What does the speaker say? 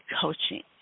coaching